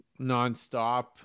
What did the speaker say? nonstop